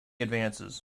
advances